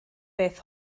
beth